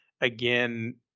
again